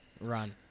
run